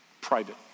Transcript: Private